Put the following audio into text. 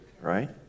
right